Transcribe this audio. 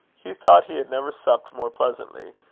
hugh thought he had never supped more pleasantly,